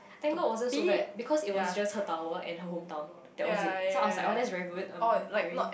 thank god wasn't so bad because it was just her tower and her hometown that was it so I was like oh that's very good I'm very